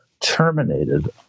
terminated